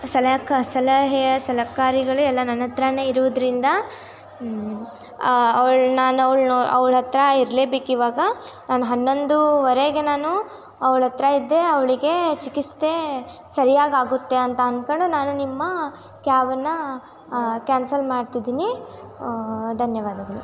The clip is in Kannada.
ಸಲಕ ಸಲಹೆ ಸಲಕಾರಿಗಳೇ ಎಲ್ಲ ನನ್ನ ಹತ್ರಾನೆ ಇರೋದ್ರಿಂದ ಅವಳ ನಾನು ಅವಳನ್ನ ಅವ್ಳ ಹತ್ತಿರ ಇರ್ಲೇಬೇಕು ಇವಾಗ ನಾನು ಹನ್ನೊಂದುವರೆಗೆ ನಾನು ಅವ್ಳ ಹತ್ರ ಇದ್ದರೆ ಅವಳಿಗೆ ಚಿಕಿತ್ಸೆ ಸರಿಯಾಗಿ ಆಗುತ್ತೆ ಅಂತ ಅನ್ಕೊಂಡು ನಾನು ನಿಮ್ಮ ಕಾಬನ್ನು ಕ್ಯಾನ್ಸಲ್ ಮಾಡ್ತಿದ್ದೀನಿ ಧನ್ಯವಾದಗಳು